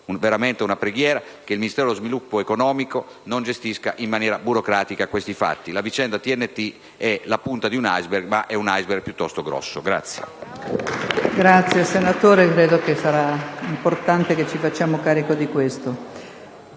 veramente una preghiera in tal senso - che il Ministero dello sviluppo economico non gestisca in maniera burocratica questi fatti. La vicenda TNT è la punta di un *iceberg*, ma è un *iceberg* piuttosto grande.